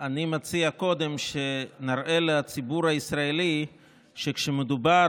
אני מציע קודם שנראה לציבור הישראלי שכשמדובר